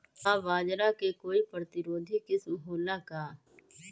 का बाजरा के कोई प्रतिरोधी किस्म हो ला का?